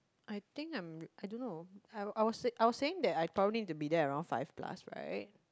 I think I'm I don't know I I was say I was saying that I probably need to be there around five plus right